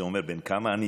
וזה אומר בן כמה אני: